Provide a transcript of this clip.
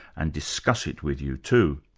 and discuss it with you too.